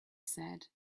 said